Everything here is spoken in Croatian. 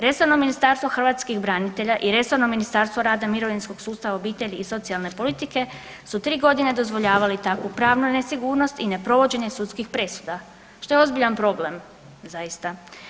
Resorno Ministarstvo hrvatskih branitelja i resorno Ministarstvo rada, mirovinskog sustava, obitelji i socijalne politike su tri godine dozvoljavali takvu pravnu nesigurnost i neprovođenje sudskih presuda što je ozbiljan problem zaista.